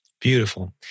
Beautiful